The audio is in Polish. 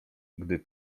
gdy